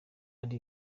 ari